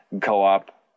Co-op